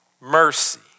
mercy